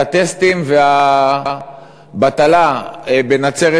על הטסטים והבטלה בנצרת.